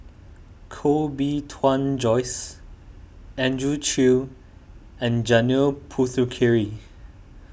Koh Bee Tuan Joyce Andrew Chew and Janil Puthucheary